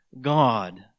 God